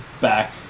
back